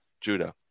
Judah